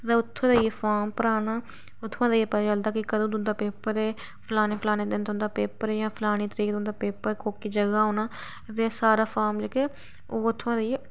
तो उत्थूं जाइयै फार्म भराना उत्थुआं जाइयै पता चलदा कि कदूं तुंदा पेपर ऐ फलाने फलाने दिन तुंदा पेपर जां फलानी तरीक तुंदा पेपर कोह्की जगह होना ते सारा फार्म जेह्के ओह् उत्थुआं जा